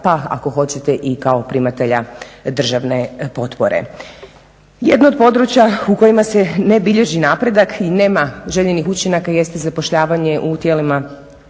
pa ako hoćete i primatelja državne potpore. Jedno od područja u kojima se ne bilježi napredak i nema željenih učinaka jeste zapošljavanje u tijelima